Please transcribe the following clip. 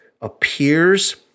appears